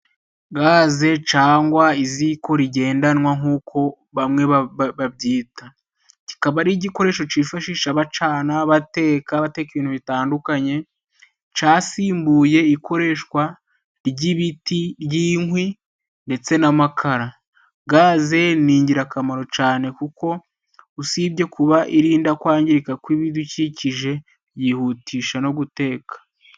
Gaze cangwa iziko rigendanwa nkuko bamwe babyita ,kikaba ari igikoresho cifashishwa bacana bateka, bateka ibintu bitandukanye ,casimbuye ikoreshwa ry'ibiti ry'inkwi ndetse n'amakara. Gaze ni ingirakamaro cane kuko usibye kuba irinda kwangirika kw'ibidukikije yihutisha no guteka.